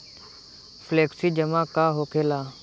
Flexi जमा का होखेला?